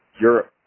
Europe